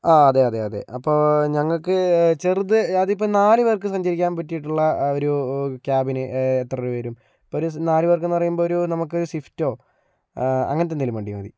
ആ അതെ അതെ അതെ അപ്പോ ഞങ്ങൾക്ക് ചെറുത് അതിപ്പൊൾ നാലുപേർക്ക് സഞ്ചരിക്കാൻ പറ്റിയിട്ടുള്ള ഒരൂ ക്യാബിന് എത്ര രൂപ വരും ഇപ്പം ഒരു നാല് പേർക്ക് എന്ന് പറയുമ്പോൾ ഒരു നമുക്ക് സ്വിഫ്റ്റൊ അങ്ങനത്തെ എന്തേലും വണ്ടി മതി